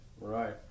Right